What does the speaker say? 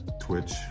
Twitch